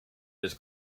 this